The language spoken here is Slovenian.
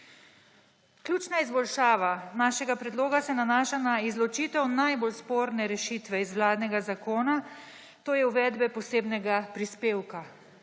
Ključna izboljšava našega predloga se nanaša na izločitev najbolj sporne rešitve iz vladnega zakona, to je uvedbe posebnega prispevka.